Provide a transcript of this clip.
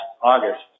August